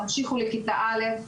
ימשיכו לכיתה א',